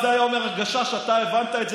את זה היה אומר הגשש: אתה הבנת את זה,